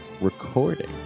recording